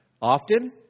often